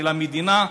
של המדינה,